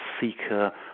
seeker